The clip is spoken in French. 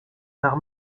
par